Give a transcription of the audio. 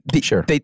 Sure